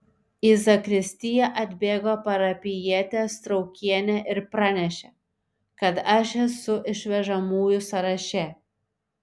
į zakristiją atbėgo parapijietė straukienė ir pranešė kad aš esu išvežamųjų sąraše